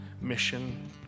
mission